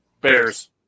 Bears